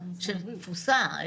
של תפוסה,